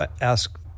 ask